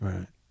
Right